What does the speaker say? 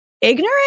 ignorant